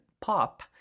Pop